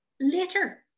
Later